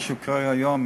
מה שקורה היום,